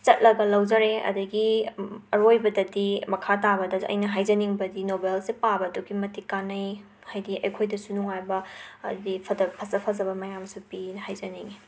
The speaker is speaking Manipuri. ꯆꯠꯂꯒ ꯂꯧꯖꯔꯦ ꯑꯗꯒꯤ ꯑꯔꯣꯏꯕꯗꯗꯤ ꯃꯈꯥ ꯇꯥꯕꯗꯁꯨ ꯑꯩꯅ ꯍꯥꯏꯖꯅꯤꯡꯕꯗꯤ ꯅꯣꯕꯦꯜꯁꯦ ꯄꯥꯕ ꯑꯗꯨꯛꯀꯤ ꯃꯇꯤꯛ ꯀꯥꯟꯅꯩ ꯍꯥꯏꯗꯤ ꯑꯩꯈꯣꯏꯗꯁꯨ ꯅꯨꯡꯉꯥꯏꯕ ꯑꯗꯤ ꯐꯗ ꯐꯖ ꯐꯖꯕ ꯃꯌꯥꯝꯁꯨ ꯄꯤꯑꯦꯅ ꯍꯥꯏꯖꯅꯤꯡꯏ